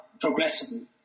progressively